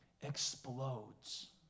explodes